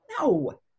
No